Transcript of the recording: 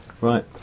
Right